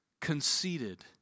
conceited